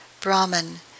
Brahman